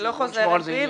אני לא חוזרת בי,